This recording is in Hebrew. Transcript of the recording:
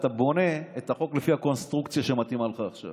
אתה בונה את החוק לפי הקונסטרוקציה שמתאימה לך עכשיו,